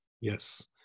Yes